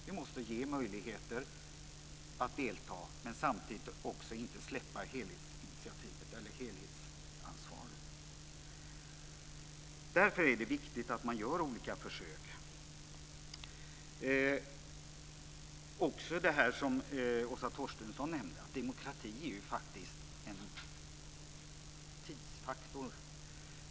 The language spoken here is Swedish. Vi måste ge dem möjligheter att delta men får inte samtidigt släppa helhetsansvaret. Därför är det viktigt att man gör olika försök. Åsa Torstensson nämnde att demokrati faktiskt är en tidsfaktor.